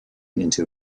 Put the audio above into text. into